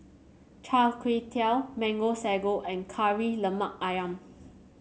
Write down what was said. Chai Tow Kuay Mango Sago and Kari Lemak ayam